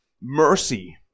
mercy